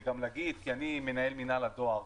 כי אני מנהל מינהל הדואר.